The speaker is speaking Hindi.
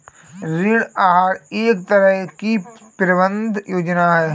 ऋण आहार एक तरह की प्रबन्धन योजना है